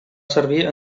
servir